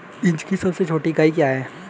Inch की सबसे छोटी इकाई क्या है?